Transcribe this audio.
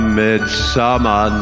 midsummer